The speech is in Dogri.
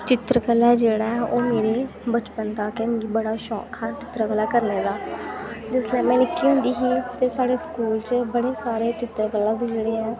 चित्तर कला ऐ जेह्ड़ा ऐ ओह् मेरे बचपन दा गै मिगी शौक हा चित्तर कला करने दा जिसलै में निक्की होंदी ही ते साढ़े स्कूल च बड़े सारे चित्तर कला दे जेह्ड़े ऐ